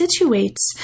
situates